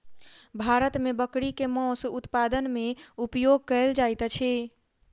भारत मे बकरी के मौस उत्पादन मे उपयोग कयल जाइत अछि